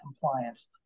compliance